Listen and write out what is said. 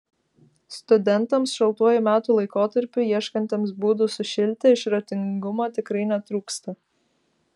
studentams šaltuoju metų laikotarpiu ieškantiems būdų sušilti išradingumo tikrai netrūksta